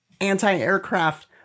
anti-aircraft